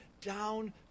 down